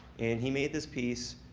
and he made this piece,